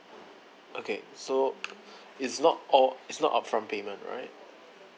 okay so it's not all it's not upfront payment right